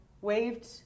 waved